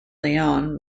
leone